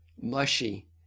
mushy